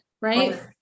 right